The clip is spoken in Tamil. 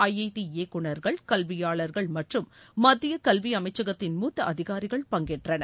ஐஐடி இயக்குநர்கள் கல்வியாளர்கள் மற்றும் மத்திய கல்வி அமைச்சகத்தின் மூத்த அதிகாரிகள் பங்கேற்றனர்